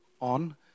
on